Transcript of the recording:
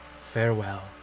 farewell